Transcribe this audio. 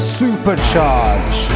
supercharge